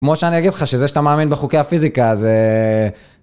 כמו שאני אגיד לך, שזה שאתה מאמין בחוקי הפיזיקה זה...